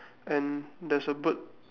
and there's a bird